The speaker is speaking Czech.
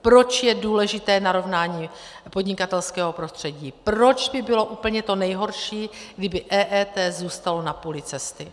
Proč je důležité narovnání podnikatelského prostředí, proč by bylo úplně to nejhorší, kdyby EET zůstalo na půli cesty.